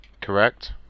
correct